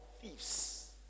thieves